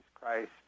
Christ